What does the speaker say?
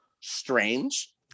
strange